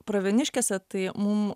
pravieniškėse tai mum